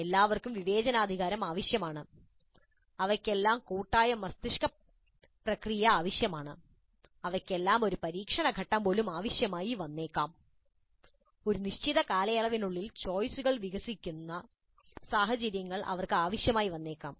എല്ലാവർക്കും വിവേചനാധികാരം ആവശ്യമാണ് അവയ്ക്കെല്ലാം കൂട്ടായ മസ്തിഷ്കപ്രക്രിയ ആവശ്യമാണ് അവയ്ക്കെല്ലാം ഒരു പരീക്ഷണഘട്ടം പോലും ആവശ്യമായി വന്നേക്കാം ഒരു നിശ്ചിത കാലയളവിനുള്ളിൽ ചോയ്സുകൾ വികസിക്കുന്ന സാഹചര്യങ്ങൾ അവർക്ക് ആവശ്യമായി വന്നേക്കാം